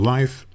Life